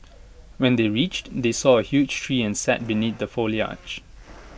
when they reached they saw A huge tree and sat beneath the foliage